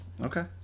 Okay